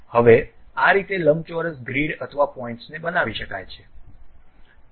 હવે આ રીતે લંબચોરસ ગ્રીડ અથવા પોઇન્ટ્સ ને બનાવી શકાય છે